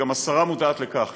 וגם השרה מודעת לכך,